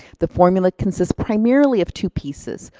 the formula consists primarily of two pieces.